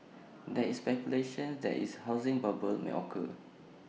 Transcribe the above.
there is speculation that is housing bubble may occur